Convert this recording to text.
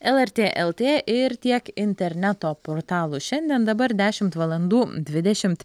lrt lt ir tiek interneto portalų šiandien dabar dešimt valandų dvidešimt